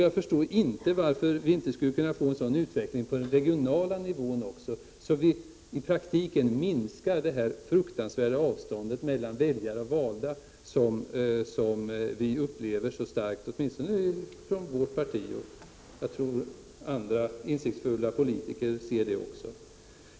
Jag förstår inte varför vi inte skulle kunna få en likadan utveckling även på den regionala nivån. På det sättet skulle vi i praktiken minska det fruktansvärda avståndet mellan väljare och valda, som vi — åtminstone i vårt parti, och jag tror att detsamma gäller för även andra insiktsfulla politiker — upplever så starkt.